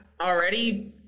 already